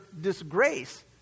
disgrace